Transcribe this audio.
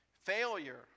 failure